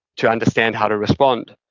to understand how to respond.